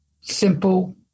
simple